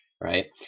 right